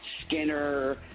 Skinner